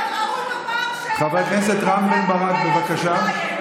חבר הכנסת רם בן ברק, בבקשה.